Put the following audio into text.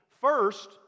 First